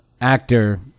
actor